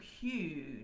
huge